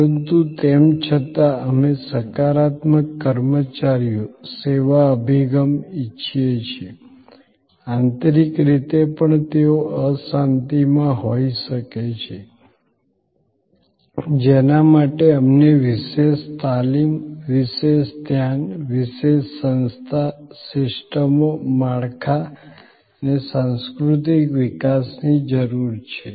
પરંતુ તેમ છતાં અમે સકારાત્મક કર્મચારી સેવા અભિગમ ઇચ્છીએ છીએ આંતરિક રીતે પણ તેઓ અશાંતિમાં હોઈ શકે છે જેના માટે અમને વિશેષ તાલીમ વિશેષ ધ્યાન વિશેષ સંસ્થા સિસ્ટમો માળખાં અને સાંસ્કૃતિક વિકાસની જરૂર છે